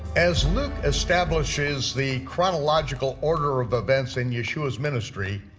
as luke establishes the chronological order of events in yeshua's ministry,